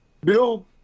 Bill